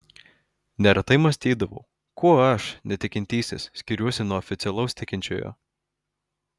neretai mąstydavau kuo aš netikintysis skiriuosi nuo oficialaus tikinčiojo